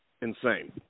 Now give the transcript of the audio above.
insane